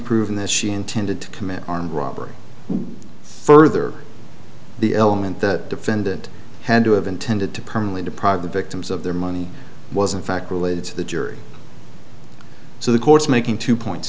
proven that she intended to commit armed robbery further the element the defendant had to have intended to permanently deprive the victims of their money was in fact related to the jury so the court's making two points